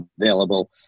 available